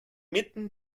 mitten